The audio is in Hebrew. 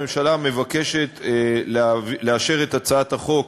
הממשלה מבקשת לאשר את הצעת החוק